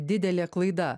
didelė klaida